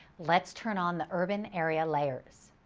let's turn on the urban area layers.